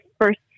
first